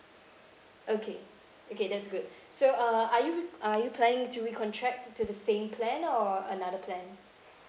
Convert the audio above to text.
okay okay that's good so uh are you g~ are you planning to recontract to the same plan or another plan